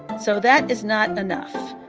so that is not enough